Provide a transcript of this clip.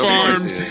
Farms